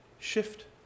Shift